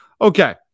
Okay